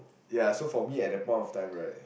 ya so for me at that point of time right